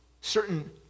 certain